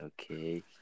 okay